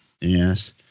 Yes